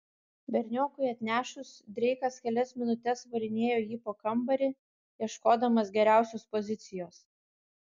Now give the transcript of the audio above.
berniokui atnešus dreikas kelias minutes varinėjo jį po kambarį ieškodamas geriausios pozicijos